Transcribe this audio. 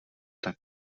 tak